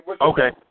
Okay